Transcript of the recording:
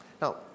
Now